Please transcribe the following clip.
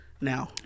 now